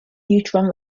neutron